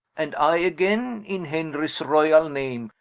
and i againe in henries royall name,